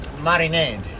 marinade